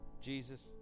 jesus